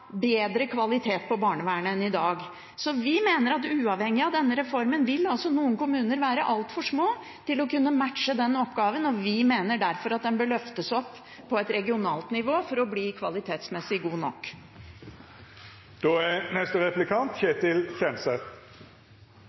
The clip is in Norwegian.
bedre kvalitet på barnevernet enn i dag. Så vi mener at uavhengig av denne reformen vil noen kommuner være altfor små til å kunne matche denne oppgaven, og vi mener derfor at den bør løftes opp på et regionalt nivå for å bli kvalitetsmessig god nok.